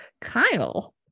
kyle